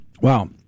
Wow